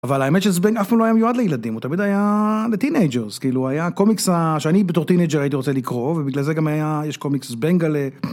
אבל האמת שזבנג אף פעם לא היה מיועד לילדים, הוא תמיד היה לטינג'רס, כאילו היה קומיקס שאני בתור טינג'רס הייתי רוצה לקרוא, ובגלל זה גם היה יש קומיקס זבנגלה.